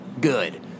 good